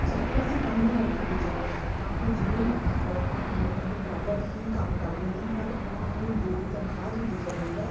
ਚਾਹੇ ਅਸੀਂ ਕੰਮ ਦੀ ਗੱਲ ਕੀਤੀ ਜਾਵੇ ਫ ਕੰਮ ਵਿੱਚ ਵੀ ਔਰਤਾਂ ਮਰਦਾਂ ਦੇ ਬਰਾਬਰ ਹੀ ਕੰਮ ਕਰਦੀਆਂ ਹਨ ਪਰ ਉਹਨਾਂ ਨੂੰ ਜਿਹੜੀ ਤਨਖਾਹ ਦਿੱਤੀ ਜਾਂਦੀ ਹੈ